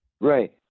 right